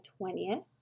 20th